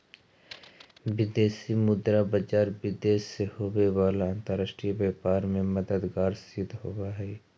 विदेशी मुद्रा बाजार विदेश से होवे वाला अंतरराष्ट्रीय व्यापार में मददगार सिद्ध होवऽ हइ